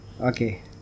Okay